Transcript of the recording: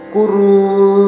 Kuru